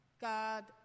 God